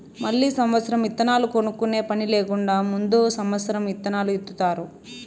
మళ్ళీ సమత్సరం ఇత్తనాలు కొనుక్కునే పని లేకుండా ముందు సమత్సరం ఇత్తనాలు ఇత్తుతారు